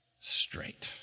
straight